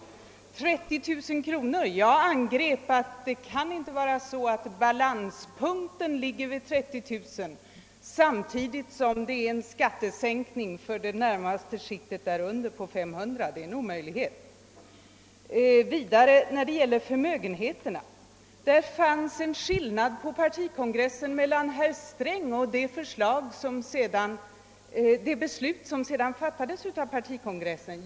Vad det gäller frågan om 30 000-kronorsgränsen framhöll jag, att det inte kan vara så att balanspunkten ligger vid 30 000 kronor samtidigt som det blir en skattesänkning för inkomstskiktet närmast därunder på 500 kronor. Det är en omöjlighet. När det gäller förmögenhetsbeskattningen finns det en skillnad mellan herr Strängs uppfattning och det beslut som fattades av partikongressen.